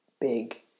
big